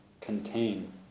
contain